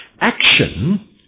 action